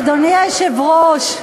אדוני היושב-ראש,